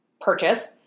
purchase